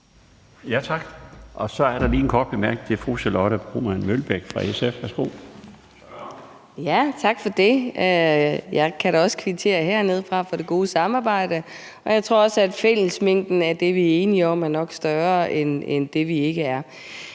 Tak for det. Jeg kan da også hernedefra kvittere for det gode samarbejde, og jeg tror også, at fællesmængden af det, vi er enige om, nok er større end det, vi ikke er